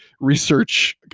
research